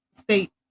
State